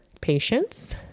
patience